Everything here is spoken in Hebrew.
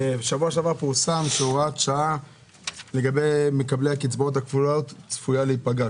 בשבוע שעבר פורסם שהוראת שעה לגבי מקבלי הקצבאות הכפולות צפויה להיפגע.